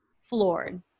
floored